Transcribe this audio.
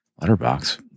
letterbox